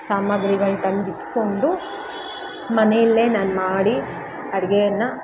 ಸಾಮಾಗ್ರಿಗಳು ತಂದಿಟ್ಕೊಂಡು ಮನೆಯಲ್ಲೇ ನಾನು ಮಾಡಿ ಅಡುಯನ್ನ